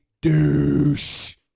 Douche